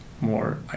more